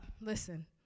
Listen